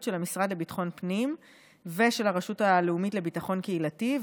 של המשרד לביטחון הפנים ושל הרשות הלאומית לביטחון קהילתי,